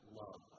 love